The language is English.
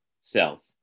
self